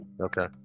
Okay